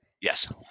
Yes